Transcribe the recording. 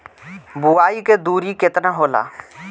बुआई के दुरी केतना होला?